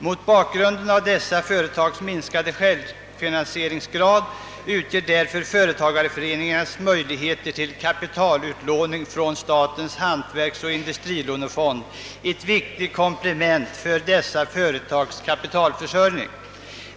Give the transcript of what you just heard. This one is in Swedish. Mot bakgrunden av dessa företags minskade självfinansieringsgrad utgör därför företagareföreningarnas möjligheter till kapitalutlåning från statens hantverksoch industrilånefond ett viktigt komplement till dessa företags kapitalförsörjning.